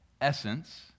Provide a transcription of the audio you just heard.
essence